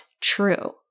true